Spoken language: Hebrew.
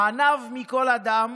הענו מכל אדם,